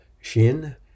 Shin